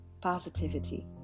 positivity